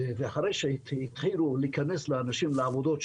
ואחרי שהתחילו להיכנס לאנשים לעבודות,